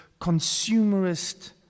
consumerist